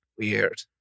Weird